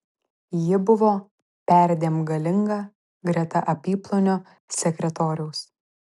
ji buvo perdėm galinga greta apyplonio sekretoriaus